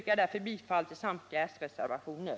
Jag yrkar bifall till samtliga s-reservationer.